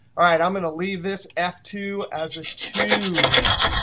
i'm going to leave this f two as a two here.